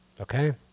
Okay